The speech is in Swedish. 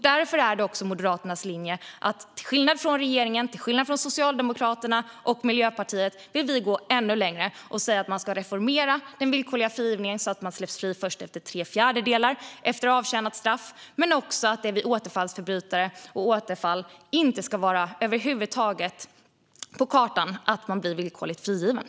Därför vill Moderaterna, till skillnad från regeringspartierna Socialdemokraterna och Miljöpartiet, gå längre och reformera den villkorliga frigivningen så att man släpps fri först efter att ha avtjänat tre fjärdedelar av straffet. Dessutom ska återfallsförbrytare över huvud taget inte kunna bli villkorligt frigivna.